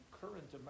current